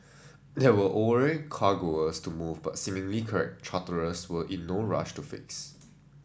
there were ore cargoes to move but seemingly charterers were in no rush to fix